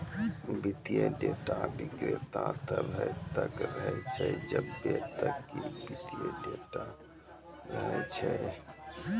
वित्तीय डेटा विक्रेता तब्बे तक रहै छै जब्बे तक कि वित्तीय डेटा रहै छै